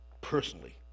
personally